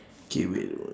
K wait